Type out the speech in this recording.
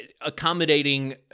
accommodating